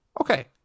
Okay